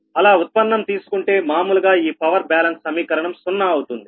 అలా ఉత్పన్నం తీసుకుంటే మామూలుగా ఈ పవర్ బ్యాలెన్స్ సమీకరణం 0 అవుతుంది